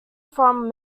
from